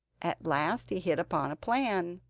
at last he hit upon a plan,